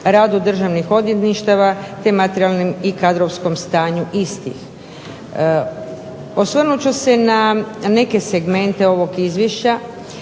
radu državnih odvjetništava te materijalnom i kadrovskom stanju istih. Osvrnut ću se na neke segmente ovog Izvješća,